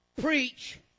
preach